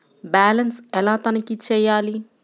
Balance ఎలా తనిఖీ చేయాలి?